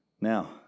Now